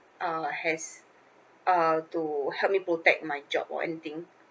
uh has uh to help me protect my job or anything